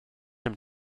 him